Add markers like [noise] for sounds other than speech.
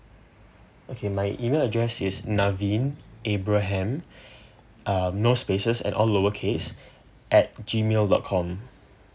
okay my email address is naveen abraham [breath] um no spaces and all lower case at Gmail dot com